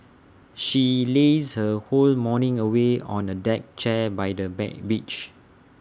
she lazed her whole morning away on A deck chair by the bed beach